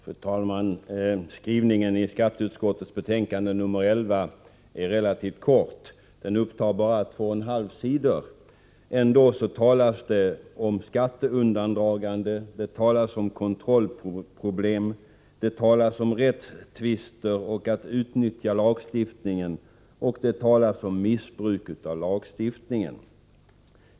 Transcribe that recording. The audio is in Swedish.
Fru talman! Skrivningen i skatteutskottets betänkande nr 11 är relativt kort — den upptar bara två och en halv sida. Ändå talas det om skatteundan dragande, kontrollproblem, rättstvister, utnyttjande av och missbruk av lagstiftningen.